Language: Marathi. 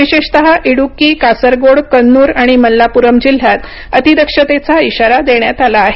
विशेषतः इडुक्की कासरगोड कन्नूर आणि मल्लापुरम जिल्ह्यात अति दक्षतेचा इशारा देण्यात आला आहे